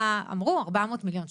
אמרו 400,000,000 ₪.